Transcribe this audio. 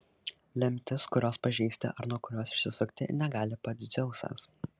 lemtis kurios pažeisti ar nuo kurios išsisukti negali pats dzeusas